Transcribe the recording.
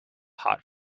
hot